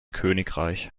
königreich